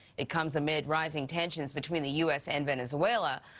it comes amid rising tensions between the u s. and venezuela.